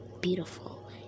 beautiful